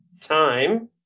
time